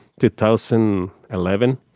2011